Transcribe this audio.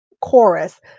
chorus